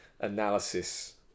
analysis